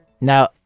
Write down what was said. Now